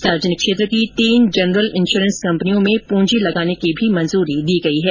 सार्वजनिक क्षेत्र की तीन जनरल इंश्योरेंस कंपनियों में पूंजी लगाने की भी मंजूरी दी गई है